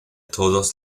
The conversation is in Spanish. todos